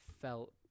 felt